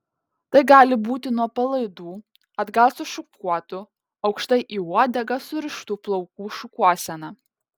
tai gali būti nuo palaidų atgal sušukuotų aukštai į uodegą surištų plaukų šukuosena